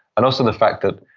and also the fact that